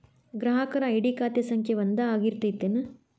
ಗ್ರಾಹಕರ ಐ.ಡಿ ಖಾತೆ ಸಂಖ್ಯೆ ಒಂದ ಆಗಿರ್ತತಿ ಏನ